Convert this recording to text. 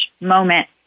moment